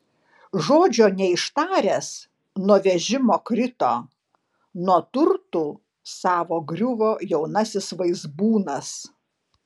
žodžio neištaręs nuo vežimo krito nuo turtų savo griuvo jaunasis vaizbūnas